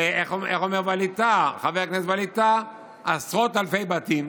איך אומר חבר הכנסת ווליד טאהא, לעשרות אלפי בתים,